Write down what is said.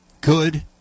Good